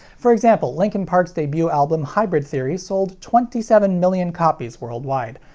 for example, linkin park's debut album hybrid theory sold twenty seven million copies worldwide,